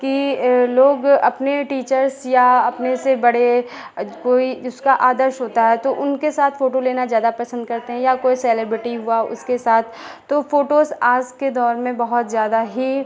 कि लोग अपने टीचर्स या अपने से बड़े जो कोई जो उसका आदर्श होता है तो उनके साथ फ़ोटू लेना ज़्यादा पसंद करते हैं या कोई सेलेब्रिटी हुआ उसके साथ तो फ़ोटोज़ आज़ के दौर में बहुत ज़्यादा ही